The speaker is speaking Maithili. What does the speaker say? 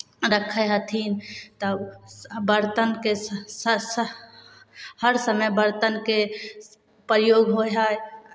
रखै हथिन तऽ बरतनके स् स् हर समय बरतनके प्रयोग होइ हइ